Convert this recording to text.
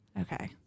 okay